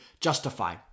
justify